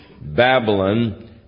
Babylon